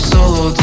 Solo